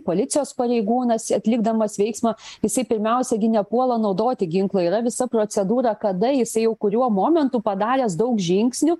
policijos pareigūnas atlikdamas veiksmą jisai pirmiausia gi nepuola naudoti ginklo yra visa procedūra kada jisai jau kuriuo momentu padaręs daug žingsnių